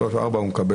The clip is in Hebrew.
שלוש או ארבע --- ברור,